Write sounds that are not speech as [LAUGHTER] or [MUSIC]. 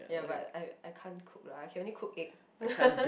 ya but I I can't cook lah I can only cook egg [LAUGHS]